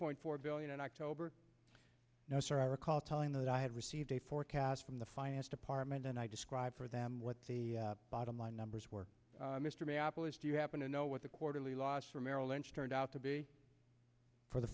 point four billion in october now sir i recall telling that i had received a forecast from the finance department and i described for them what the bottom line numbers were mr may apple is do you happen to know what the quarterly loss for merrill lynch turned out to be for the